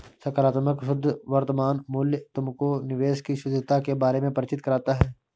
सकारात्मक शुद्ध वर्तमान मूल्य तुमको निवेश की शुद्धता के बारे में परिचित कराता है